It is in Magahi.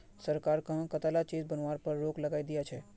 सरकार कं कताला चीज बनावार पर रोक लगइं दिया छे